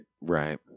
Right